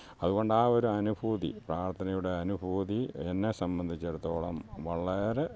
അതു കൊണ്ടാണ് ഒരനുഭൂതി പ്രാർത്ഥനയുടെ അനുഭൂതി എന്നെ സംബന്ധിച്ചിടത്തോളം വളരെ